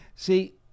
See